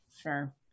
Sure